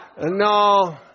no